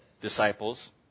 disciples